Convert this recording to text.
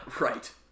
Right